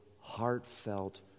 heartfelt